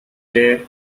day